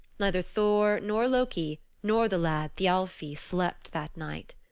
neither thor nor loki nor the lad thialfi slept that night.